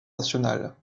nationale